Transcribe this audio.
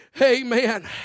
Amen